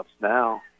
now